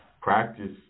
Practice